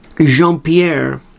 Jean-Pierre